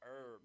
herb